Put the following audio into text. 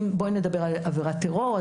בואו נדבר על עבירת טרור,